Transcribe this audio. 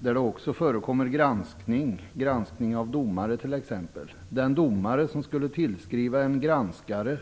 Där förekommer också granskning, granskning av domare t.ex. Den domare som tillskrev en granskare